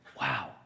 wow